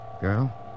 Girl